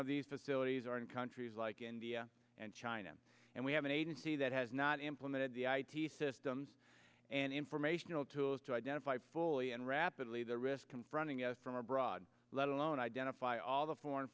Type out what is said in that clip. of these facilities are in countries like india and china and we have an agency that has not implemented the systems and informational tools to identify fully and rapidly the risk confronting us from abroad let alone identify all the foreign